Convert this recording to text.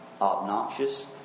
obnoxious